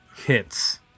hits